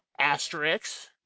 Asterix